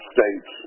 States